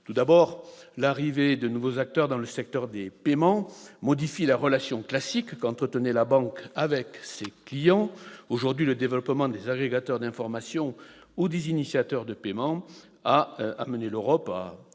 Tout d'abord, l'arrivée de nouveaux acteurs dans le secteur des paiements modifie la relation classique qu'entretenait la banque avec ses clients. Aujourd'hui, le développement des agrégateurs d'informations ou des initiateurs de paiement a conduit l'Europe à